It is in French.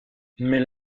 mais